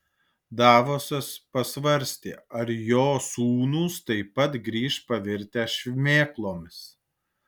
davosas pasvarstė ar jo sūnūs taip pat grįš pavirtę šmėklomis